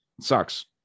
Sucks